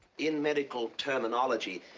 in medical terminology,